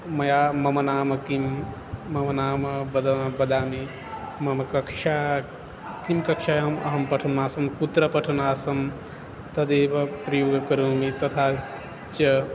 मया मम नाम किं मम नाम वदामि वदामि मम कक्षा किं कक्षायाम् अहं पठन् आसम् कुत्र पठन्नासम् तदेव प्रयोगं करोमि तथा च